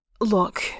look